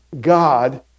God